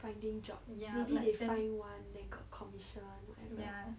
finding job maybe they find one then got commission I remember